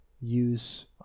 use